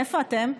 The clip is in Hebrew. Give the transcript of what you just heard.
מאיפה אתם?